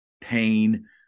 pain